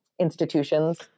institutions